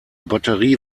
batterie